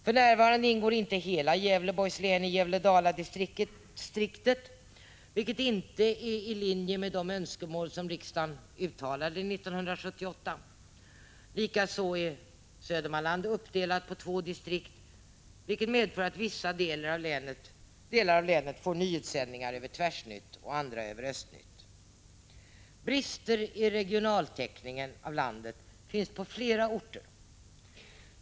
För närvarande ingår inte hela Gävleborgs län i Gävle-Dala-distriktet, vilket inte är i linje med de önskemål som riksdagen uttalade 1978. Likaså är Södermanland uppdelat på två distrikt, vilket medför att vissa delar av länet får nyhetssändningar över Tvärsnytt och andra över Östnytt. Brister i regionaltäckningen av landet finns på flera orter.